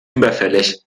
überfällig